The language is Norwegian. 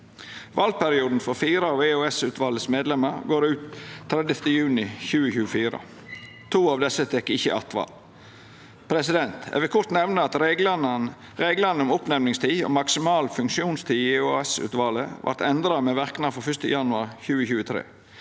Valperioden for fire av EOS-utvalets medlemer går ut 30. juni 2024. To av desse tek ikkje attval. Eg vil kort nemna at reglane om oppnemningstid og maksimal funksjonstid i EOS-utvalet vart endra med verknad frå 1. januar 2023.